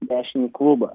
dešinį klubą